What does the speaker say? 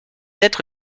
être